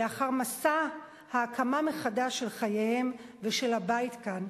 לאחר מסע ההקמה מחדש של חייהם ושל הבית כאן,